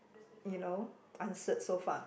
you know answered so far